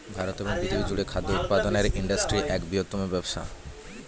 ভারতে এবং পৃথিবী জুড়ে খাদ্য উৎপাদনের ইন্ডাস্ট্রি এক বৃহত্তম ব্যবসা